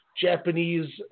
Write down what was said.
Japanese